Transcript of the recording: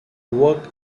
work